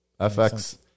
FX